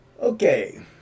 Okay